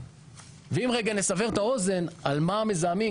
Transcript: ואם רגע נסבר את האוזן על מה המזהמים,